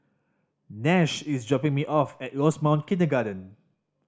Nash is dropping me off at Rosemount Kindergarten